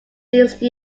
these